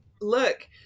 look